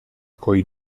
coi